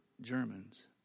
Germans